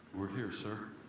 we're here, sir.